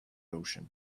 ocean